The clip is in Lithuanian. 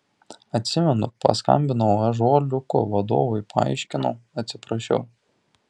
atsimenu paskambinau ąžuoliuko vadovui paaiškinau atsiprašiau